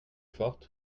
forte